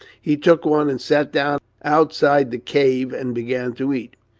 he took one, and sat down outside the cave and began to eat.